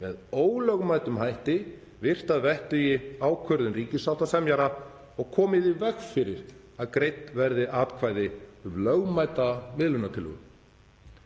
með ólögmætum hætti virt að vettugi ákvörðun ríkissáttasemjara og komið í veg fyrir að greidd verði atkvæði um lögmæta miðlunartillögu.